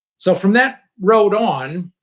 so from that road on,